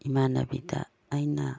ꯏꯃꯥꯟꯅꯕꯤꯗ ꯑꯩꯅ